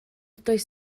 does